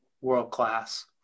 world-class